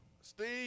Steve